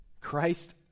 Christ